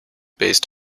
based